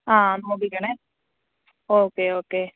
ആ നോക്കിക്കണേ okay okay